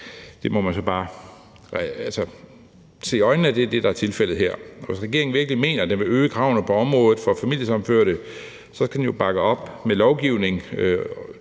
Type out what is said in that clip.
Det må man så bare se i øjnene er det, der er tilfældet her. Hvis regeringen virkelig mener, at den vil øge kravene på området for familiesammenførte, skal den jo følge op med lovgivning,